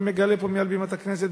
אני מגלה פה מעל בימת הכנסת,